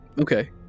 Okay